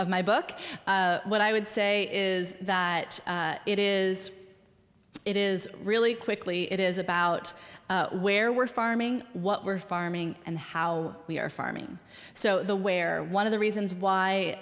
my book what i would say is that it is it is really quickly it is about where we're farming what we're farming and how we are farming so the where one of the reasons why